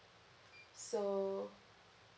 so